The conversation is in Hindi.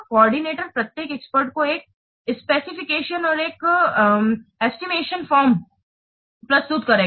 कोऑर्डिनेटर प्रत्येक एक्सपर्ट को एक स्पेसिफिकेशन और एक एस्टिमेशन फॉर्म प्रस्तुत करता है